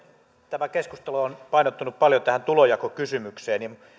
tämä keskustelu on painottunut paljon tulonjakokysymykseen